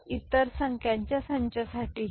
आणि इतर संख्यांच्या संचासाठीही